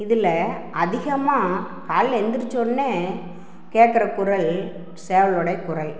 இதில் அதிகமாக காலைல எந்திரிச்ச உடனே கேட்குற குரல் சேவலுடைய குரல்